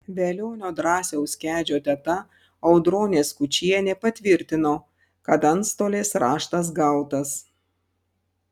velionio drąsiaus kedžio teta audronė skučienė patvirtino kad antstolės raštas gautas